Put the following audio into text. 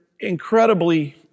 Incredibly